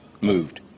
moved